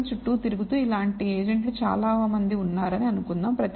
నగరం చుట్టూ తిరుగుతూ ఇలాంటి ఏజెంట్లు చాలా మంది ఉన్నారని అనుకుందాం